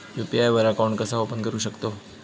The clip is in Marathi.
यू.पी.आय वर अकाउंट कसा ओपन करू शकतव?